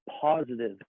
positive